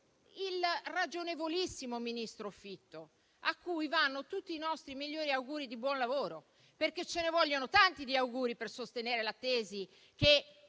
Al ragionevolissimo ministro Fitto vanno tutti i nostri migliori auguri di buon lavoro, perché ce ne vogliono tanti di auguri per sostenere la tesi che